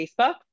Facebook